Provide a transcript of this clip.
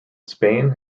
spain